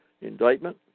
indictment